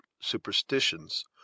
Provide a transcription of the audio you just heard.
superstitions